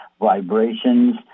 vibrations